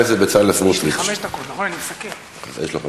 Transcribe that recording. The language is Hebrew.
אני רק מציין.